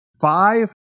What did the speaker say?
five